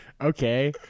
Okay